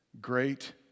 great